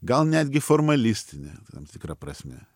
gal netgi formalistinė tam tikra prasme